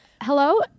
Hello